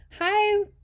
Hi